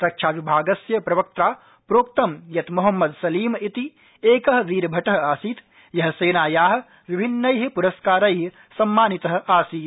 रक्षा विभागस्य प्रवक्त्राप्रोक्त यत् मोहम्मद सलीम इति एकः वीरभटः आसीत् यः सेनायाः विभिन्नैः पुरस्कारैः सम्मानितः आसीत्